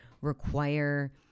require